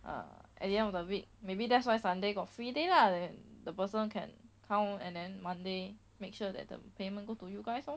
uh at the end of the week maybe that's why sunday got free day lah that the person can count and then monday make sure that the payment go to you guys lor